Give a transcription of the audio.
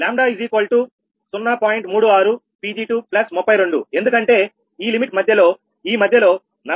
36 𝑃𝑔232 ఎందుకంటే ఈ లిమిట్ మధ్యలో ఈ మధ్యలో లో 46